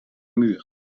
muren